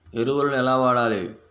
ఎరువులను ఎలా వాడాలి?